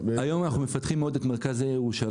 אז אנחנו מפתחים היום עוד את מרכז העיר ירושלים,